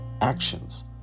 actions